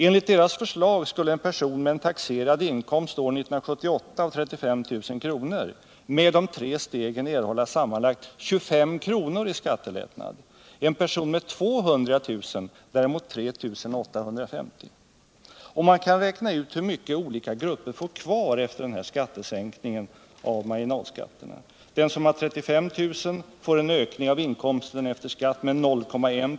Enligt utredningens förslag skulle en person med en taxerad inkomst på 35000 kr. år 1978 med de tre stegen erhålla sammanlagt 25 kr. i skattelättnad! En person med 200 000 kr. skulle däremot erhålla 2 850 kr. Man kan också räkna ut hur mycket olika grupper får kvar efter den här sänkningen av marginalskatterna. Den som har 35 000 får en ökning av inkomsten efter skatt med 0,1 26.